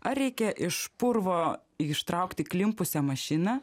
ar reikia iš purvo ištraukti įklimpusią mašiną